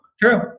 True